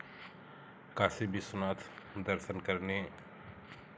काशी विश्वनाथ दर्शन करने